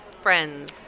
friends